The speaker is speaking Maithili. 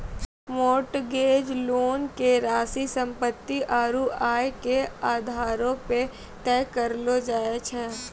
मोर्टगेज लोन के राशि सम्पत्ति आरू आय के आधारो पे तय करलो जाय छै